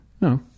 No